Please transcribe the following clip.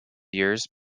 years